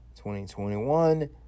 2021